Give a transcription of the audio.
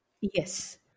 yes